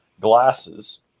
glasses